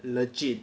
legit